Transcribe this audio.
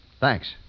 Thanks